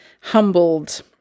humbled